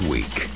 Week